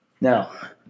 Now